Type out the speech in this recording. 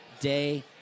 day